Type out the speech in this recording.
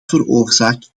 veroorzaakt